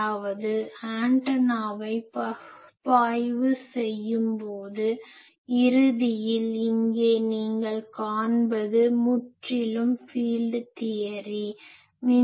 அதாவது ஆண்டனாவை பகுப்பாய்வு செய்யும் போது இறுதியில் இங்கே நீங்கள் காண்பது முற்றிலும் ஃபீல்ட் தியரி field theory புலக் கோட்பாடு